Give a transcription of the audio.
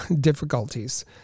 difficulties